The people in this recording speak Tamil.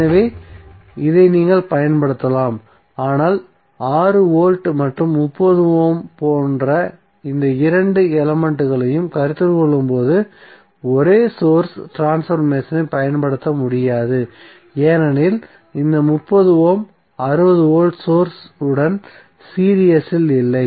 எனவே இதை நீங்கள் பயன்படுத்தலாம் ஆனால் 6 வோல்ட் மற்றும் 30 ஓம் போன்ற இந்த இரண்டு எலமென்ட்களையும் கருத்தில் கொள்ளும்போது ஒரே சோர்ஸ் ட்ரான்ஸ்பர்மேசனைப் பயன்படுத்த முடியாதுஏனெனில் இந்த 30 ஓம் 60 வோல்ட் சோர்ஸ் உடன் சீரிஸ் இல் இல்லை